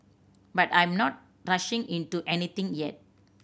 but I'm not rushing into anything yet